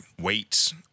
weights